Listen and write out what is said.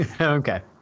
Okay